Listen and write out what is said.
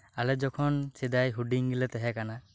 ᱟᱞᱮ ᱡᱚᱠᱷᱚᱱ ᱥᱮᱫᱟᱭ ᱦᱩᱰᱤᱧ ᱜᱮᱞᱮ ᱛᱟᱦᱮᱸ ᱠᱟᱱᱟ